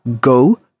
go